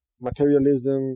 materialism